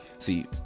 See